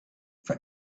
for